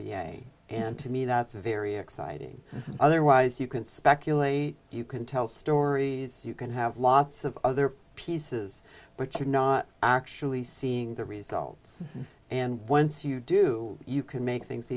a and to me that's a very exciting otherwise you can speculate you can tell stories you can have lots of other pieces but you're not actually seeing the results and once you do you can make things